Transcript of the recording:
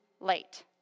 late